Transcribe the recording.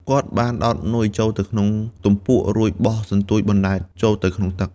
គាត់បានដោតនុយចូលទៅក្នុងទំពក់ រួចបោះសន្ទូចបណ្ដែតចូលទៅក្នុងទឹក។